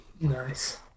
Nice